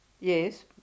Yes